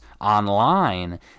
online